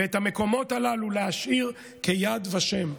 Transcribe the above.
ואת המקומות הללו להשאיר כ"יד ושם",